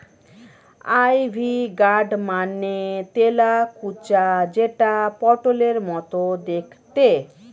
ivy gourd মানে তেলাকুচা যেটা পটলের মতো দেখতে